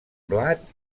blat